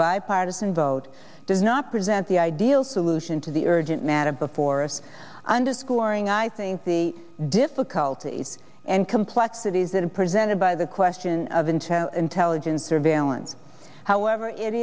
bipartisan vote does not present the ideal solution to the urgent matter before us underscoring i think the difficulties and complexities that have presented by the question of internal intelligence surveillance however it